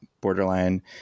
borderline